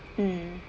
mm